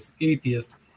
atheist